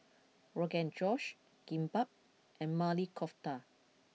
Rogan Josh Kimbap and Maili Kofta